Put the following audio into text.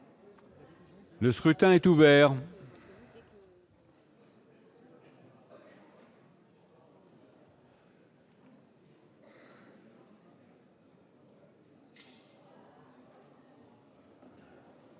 Le scrutin est ouvert.